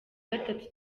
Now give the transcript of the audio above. gatatu